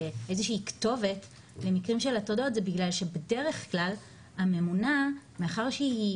כתובת למקרים של הטרדות זה בגלל שבדרך כלל הממונה מאחר שהיא